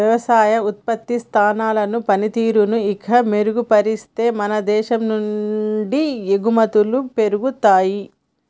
వ్యవసాయ ఉత్పత్తి సంస్థల పనితీరును ఇంకా మెరుగుపరిస్తే మన దేశం నుండి ఎగుమతులు పెరుగుతాయి